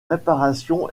réparation